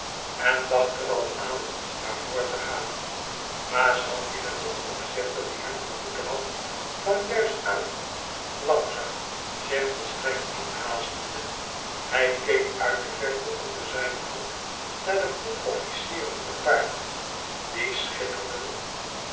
en dacht er al aan maar voort te gaan maar zanti met den opzichter die hem geroepen had kwam juist aan langzaam zich volstrekt niet haastende hij keek uit de verte onder zijne hand naar de groep officieren te paard die schitterden